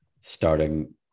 starting